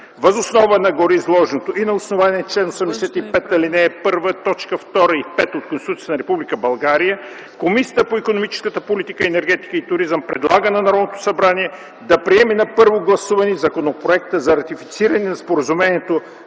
Въз основа на гореизложеното и на основание чл. 85, ал. 1, т. 2 и 5 от Конституцията на Република България Комисията по икономическата политика, енергетика и туризъм предлага на Народното събрание да приеме на първо гласуване Законопроекта за ратифициране на Споразумението